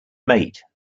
mate